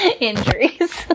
Injuries